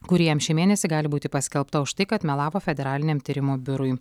kuri jam šį mėnesį gali būti paskelbta už tai kad melavo federaliniam tyrimų biurui